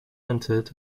entered